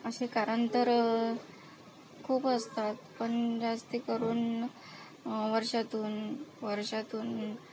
असे कारण तर खूप असतात पण जास्तीकरून वर्षातून वर्षातून